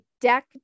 deck